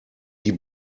die